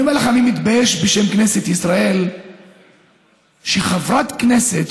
אני אומר לך שאני מתבייש בשם כנסת ישראל שחברת כנסת,